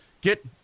get